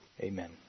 Amen